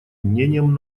мнением